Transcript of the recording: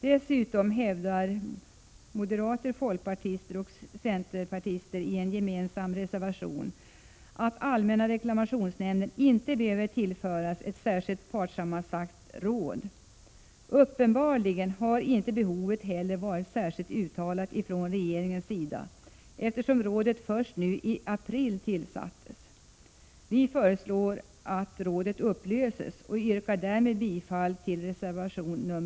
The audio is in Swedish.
Dessutom hävdar moderater, folkpartister och centerpartister i en gemensam reservation att allmänna reklamationsnämnden inte behöver tillföras ett särskilt partssammansatt råd. Uppenbarligen har behovet inte heller varit — Prot. 1986/87:122 särskilt uttalat från regeringens sida, eftersom rådet tillsattes först nu i april. 13 maj 1987 Vi föreslår att rådet upplöses och yrkar därmed bifall till reservation 5.